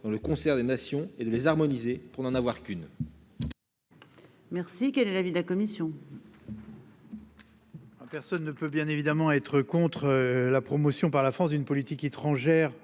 dans le concert des nations et de les harmoniser pour n'en avoir qu'une.